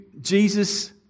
Jesus